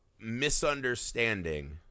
misunderstanding